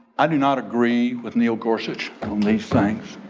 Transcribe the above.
i do not agree with neil gorsuch on these things.